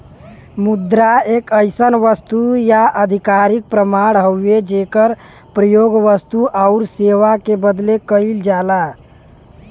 मुद्रा एक अइसन वस्तु या आधिकारिक प्रमाण हउवे जेकर प्रयोग वस्तु आउर सेवा क बदले कइल जाला